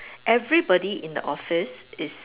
everybody in the office is